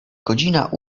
godzina